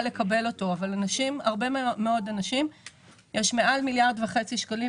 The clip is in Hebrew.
יש מעל למיליארד וחצי שקלים